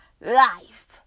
life